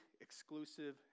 exclusive